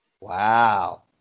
Wow